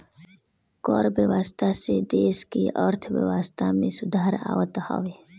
कर व्यवस्था से देस के अर्थव्यवस्था में सुधार आवत हवे